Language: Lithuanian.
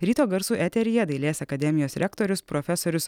ryto garsų eteryje dailės akademijos rektorius profesorius